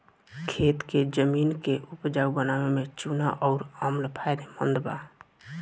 खेत के जमीन के उपजाऊ बनावे में चूना अउर अम्ल फायदेमंद बा